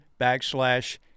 backslash